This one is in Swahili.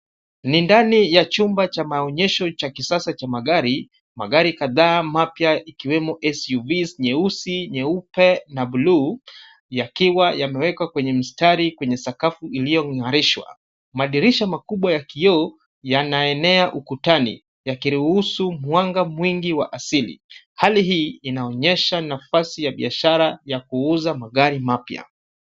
Ni ndani ya chumba cha maonyesho cha kisasa cha chamagari. Magari kadhaa mapya ikiwemo (cs) SUVS, nyeusi, nyeupe na na (cs) blue yakiwa yamewekwa kwenye mstari kwenye sakafu iliong'arishwa. Madirisha makubwa ya kioo, yaaenea ukutani yakiruhusu mwingi wa halisi. Hali hii inaonyesha nafasi ya biashara ya kuuza magari mapya.